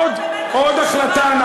עוד החלטה.